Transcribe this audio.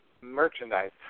merchandise